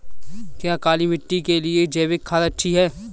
क्या काली मिट्टी के लिए जैविक खाद अच्छी है?